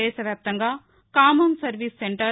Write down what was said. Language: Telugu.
దేశవ్యాప్తంగా కామన్ సర్వీస్ సెంటర్